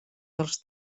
dels